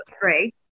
three